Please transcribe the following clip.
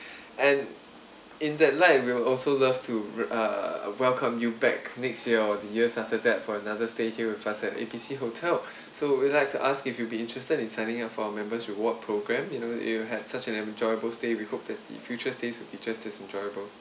and in that light we'll also love to uh welcome you back next year or the years after that for another stay here with us at A B C hotel so we'd like to ask if you'd be interested in signing up for our members reward program you know you had such an enjoyable stay we hope that the future stays will be just as enjoyable